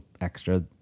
extra